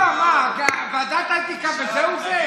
דפוקה בשכל.